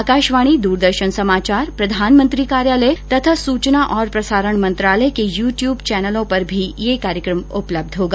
आकाशवाणी द्रदर्शन समाचार प्रधानमंत्री कार्यालय तथा सूचना और प्रसारण मंत्रालय के यू ट्यूब चैनलों पर भी यह कार्यक्रम उपलब्ध होगा